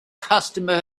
customer